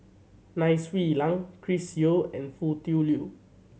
Nai Swee Leng Chris Yeo and Foo Tui Liew